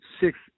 six